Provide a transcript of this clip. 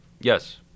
yes